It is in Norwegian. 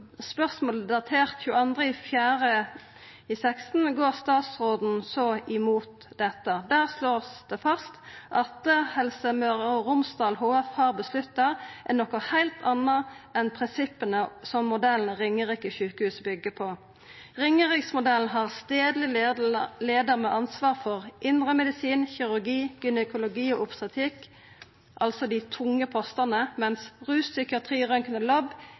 går statsråden imot dette. Der vert det slått fast at det som Helse Møre og Romsdal har vedtatt, er noko heilt anna enn prinsippa som modellen Ringerike sjukehus byggjer på. Ringeriksmodellen har stadleg leiar med ansvaret for indremedisin, kirurgi, gynekologi og obstetrikk – altså dei tunge postane – mens rus, psykiatri,